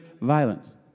violence